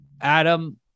Adam